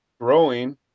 growing